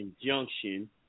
injunction